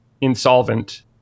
insolvent